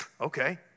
okay